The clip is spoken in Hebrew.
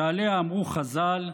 שעליה אמרו חז"ל: